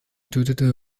tötete